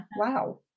wow